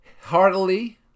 heartily